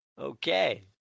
Okay